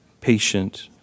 patient